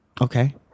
Okay